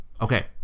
Okay